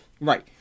Right